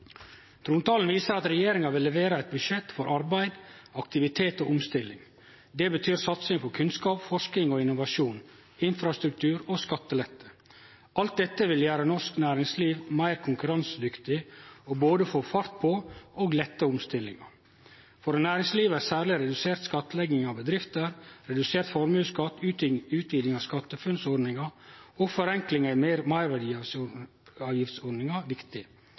Trontalen viser at regjeringa vil levere eit budsjett for arbeid, aktivitet og omstilling. Det betyr satsing på kunnskap, forsking og innovasjon, infrastruktur og skattelette. Alt dette vil gjere norsk næringsliv meir konkurransedyktig og både få fart på og lette omstillinga. For næringslivet er særleg redusert skattlegging av bedrifter, redusert formuesskatt, utviding av SkatteFUNN-ordninga og forenkling i meirverdiavgiftsordninga viktig.